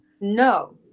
No